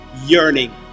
yearning